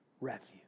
refuge